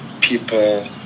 people